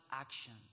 action